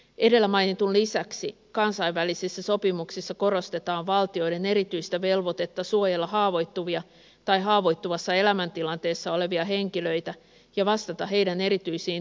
edellä mainitun lisäksi kansainvälisissä sopimuksissa korostetaan valtioiden erityistä velvoitetta suojella haavoittuvia tai haavoittuvassa elämäntilanteessa olevia henkilöitä ja vastata heidän erityisiin terveystarpeisiinsa